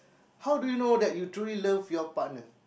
how do you know that you truly love your partner